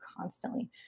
constantly